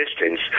distance